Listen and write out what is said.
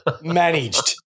managed